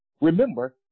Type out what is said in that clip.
Remember